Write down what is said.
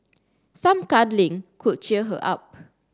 some cuddling could cheer her up